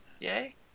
Yay